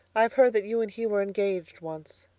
i've heard that you and he were engaged once.